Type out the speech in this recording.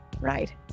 Right